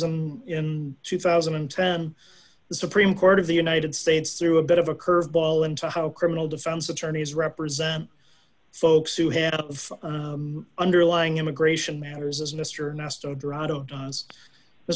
i'm in two thousand and ten the supreme court of the united states threw a bit of a curveball into how criminal defense attorneys represent folks who had underlying immigration matters as